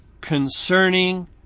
concerning